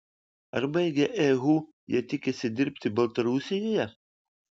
ar baigę ehu jie tikisi dirbti baltarusijoje